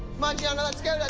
come on. gianna. let's go, like